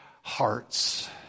hearts